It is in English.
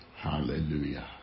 Hallelujah